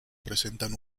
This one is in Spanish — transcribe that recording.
presentan